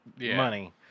money